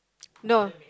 no